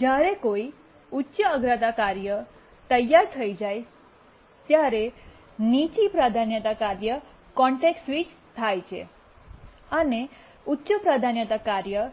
જ્યારે કોઈ ઉચ્ચ અગ્રતા કાર્ય તૈયાર થઈ જાય ત્યારે નીચા પ્રાધાન્યતા કાર્ય કોન્ટેક્સટ સ્વિચ થાય છે અને ઉચ્ચ પ્રાધાન્યતા કાર્ય